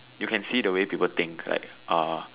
you can see the way people think like uh